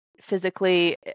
physically